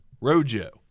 Rojo